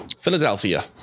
philadelphia